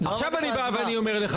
עכשיו אני בא ואני אומר לך